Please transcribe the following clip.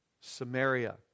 Samaria